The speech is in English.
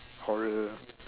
horror